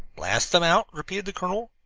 blast them out? repeated the colonel,